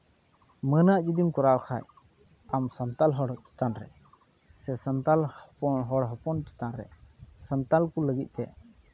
ᱢᱟᱹᱱᱟᱜ ᱡᱩᱫᱤᱢ ᱠᱚᱨᱟᱣ ᱠᱷᱟᱡ ᱟᱢ ᱥᱟᱱᱛᱟᱲ ᱦᱚᱲ ᱪᱮᱛᱟᱱ ᱨᱮ ᱥᱮ ᱥᱟᱱᱛᱟᱲ ᱦᱚᱲ ᱦᱚᱯᱚᱱ ᱪᱮᱛᱟᱱ ᱨᱮ ᱥᱟᱱᱛᱟᱲ ᱠᱚ ᱞᱟᱹᱜᱤᱫ ᱛᱮ